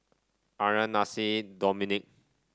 Andria Nasir Dominick